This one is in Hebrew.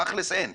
תכלס אין.